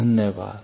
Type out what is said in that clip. धन्यवाद